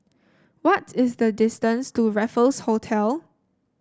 what is the distance to Raffles Hotel